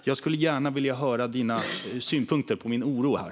Jag skulle gärna vilja höra Johan Forssells synpunkter på min oro här.